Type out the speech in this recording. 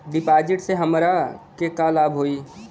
डिपाजिटसे हमरा के का लाभ होई?